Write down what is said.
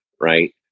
right